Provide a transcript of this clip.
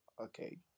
Okay